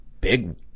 big